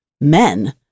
men